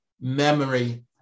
memory